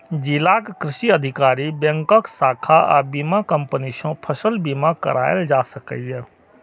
जिलाक कृषि अधिकारी, बैंकक शाखा आ बीमा कंपनी सं फसल बीमा कराएल जा सकैए